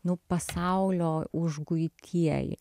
nuo pasaulio užguitieji